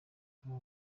paul